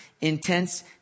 intense